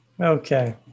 Okay